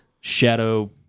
shadow